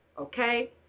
okay